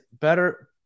better